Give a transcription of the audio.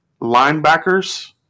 Linebackers